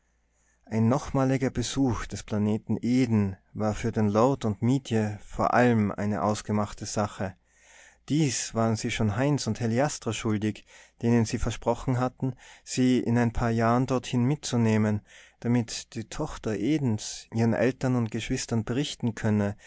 ein nochmaliger besuch des planeten eden war für den lord und mietje vor allem eine ausgemachte sache dies waren sie schon heinz und heliastra schuldig denen sie versprochen hatten sie in ein paar jahren dorthin mitzunehmen damit die tochter edens ihren eltern und geschwistern berichten könne